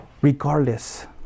regardless